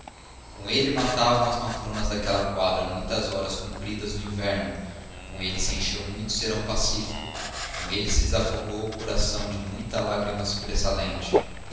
com ele matavam as matronas daquela quadra muitas horas compridas do inverno com ele se encheu muito serão pacífico com ele se desafogou o coração de muita lágrima sobressalente